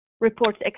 reports